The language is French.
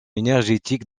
énergétiques